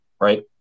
right